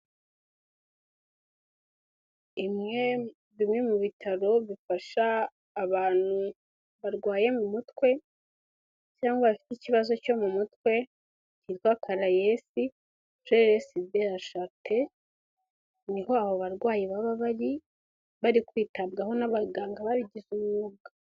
Bimwe mu bitaro bifasha abantu barwaye mu mutwe cyangwa bafite ikibazo cyo mu mutwe, hitwa Caraes Freres de la charite, niho abo barwayi baba bari, bari kwitabwaho n'abaganga babigize umwuga.